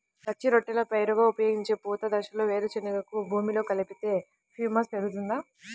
పచ్చి రొట్టెల పైరుగా ఉపయోగించే పూత దశలో వేరుశెనగను భూమిలో కలిపితే హ్యూమస్ పెరుగుతుందా?